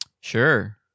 Sure